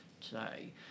today